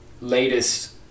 latest